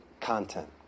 content